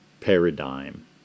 paradigm